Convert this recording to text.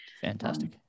fantastic